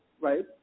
Right